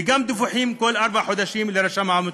וגם דיווחים כל ארבעה חודשים לרשם העמותות.